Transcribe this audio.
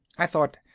i thought,